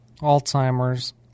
Alzheimer's